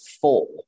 four